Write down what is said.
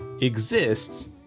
exists